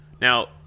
Now